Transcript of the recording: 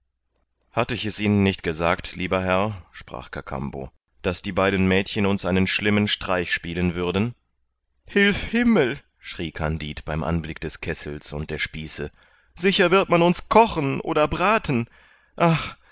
hatt ich es ihnen nicht gesagt lieber herr sprach kakambo daß die beiden mädchen uns einen schlimmen streich spielen würden hilf himmel schrie kandid beim anblick des kessels und der spieße sicher wird man uns kochen oder braten ach